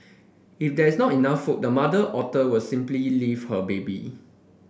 if there is not enough food the mother otter will simply leave her baby